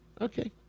Okay